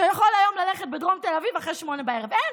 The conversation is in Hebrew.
שיכול היום ללכת בדרום תל אביב אחרי 20:00. אין.